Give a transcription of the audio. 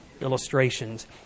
illustrations